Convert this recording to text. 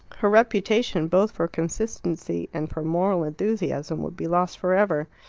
her reputation, both for consistency and for moral enthusiasm, would be lost for ever.